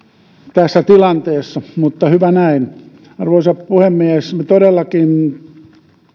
tässä tilanteessa mutta hyvä näin arvoisa puhemies me todellakin